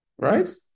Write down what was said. Right